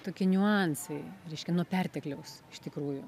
tokie niuansai reiškia nuo pertekliaus iš tikrųjų